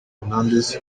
hernandez